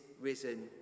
risen